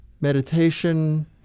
meditation